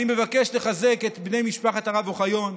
אני מבקש לחזק את בני משפחת הרב אוחיון,